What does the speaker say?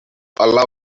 allow